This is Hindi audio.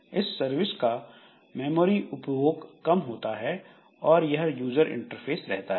इस सर्विस का मेमोरी उपभोग कम होता है और यूजर इंटरफेस रहता है